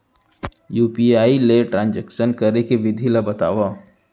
UPI ले transaction करे के विधि ला बतावव?